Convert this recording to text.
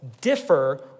differ